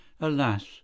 alas